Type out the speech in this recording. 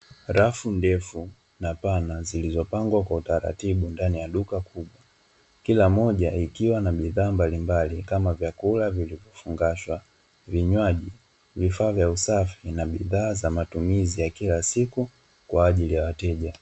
Rafu ndefu na pana zilizopangwa kwa utaratibu ndani ya duka kubwa, kila moja ikiwa na bidhaa mbalimbali kama vyakula vilivyofungashwa, vinywaji, vifaa vya usafi na bidhaa za matumizi ya kila siku kwa ajili ya wateja.